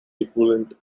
equivalent